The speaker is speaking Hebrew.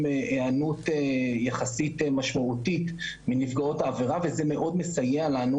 היענות יחסית משמעותית מנפגעות העבירה וזה מאוד מסייע לנו